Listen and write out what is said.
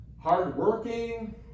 hardworking